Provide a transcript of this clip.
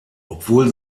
obwohl